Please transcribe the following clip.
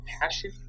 passion